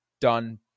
done